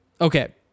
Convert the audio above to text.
Okay